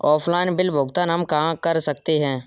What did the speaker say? Offline bill भुगतान हम कहां कर सकते हैं?